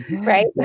Right